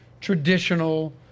traditional